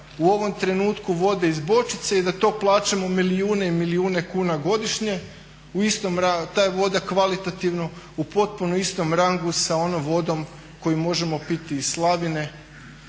u ovom trenutku vode iz bočice i da to plaćamo milijune i milijune kuna godišnje u istom, ta je voda kvalitativno u potpuno istom rangu sa onom vodom koju možemo piti iz slavine.